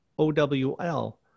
OWL